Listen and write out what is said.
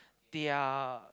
they are